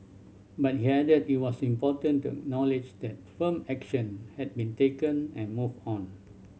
but he added it was important to acknowledge that firm action had been taken and move on